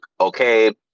okay